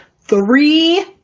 three